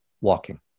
walking